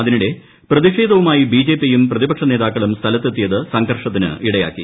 അതിനിടെ പ്രതിക്ഷേധവുമായി ബിജെപിയും പ്രതിപക്ഷ നേതാക്കളും സ്ഥലത്തെത്തിയത് സംഘർഷത്തിനിടയാക്കി